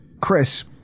Chris